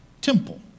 temple